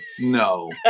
No